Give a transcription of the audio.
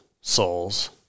souls